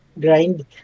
grind